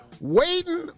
Waiting